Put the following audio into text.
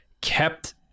kept